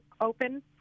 open